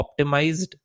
optimized